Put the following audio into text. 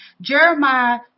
Jeremiah